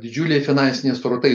didžiuliai finansiniai srautai